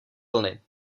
vlny